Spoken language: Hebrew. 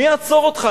מי יעצור אותך?